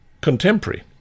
contemporary